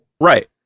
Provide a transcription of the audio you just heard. Right